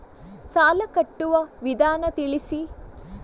ಸಾಲ ಕಟ್ಟುವ ವಿಧಾನ ತಿಳಿಸಿ?